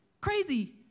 crazy